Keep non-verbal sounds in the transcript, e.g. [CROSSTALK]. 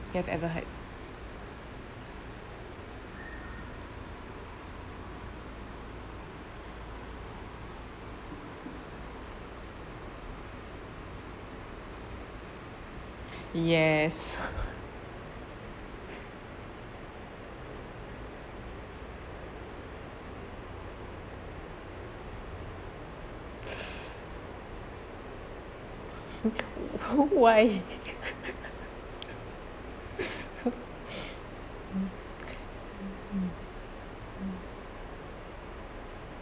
you have ever heard yes [LAUGHS] [NOISE] why [LAUGHS] [NOISE] mm mm mm mm